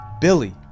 Billy